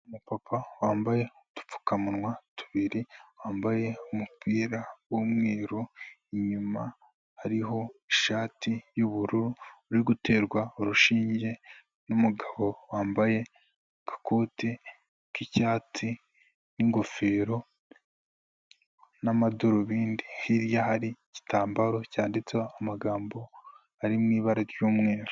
Umupapa wambaye udupfukamunwa tubiri, wambaye umupira w'umweru, inyuma hariho ishati y'ubururu, uri guterwa urushinge n'umugabo wambaye agakoti k'icyatsi n'ingofero n'amadarubindi, hirya hari igitambaro cyanditseho amagambo ari mu ibara r'umweru.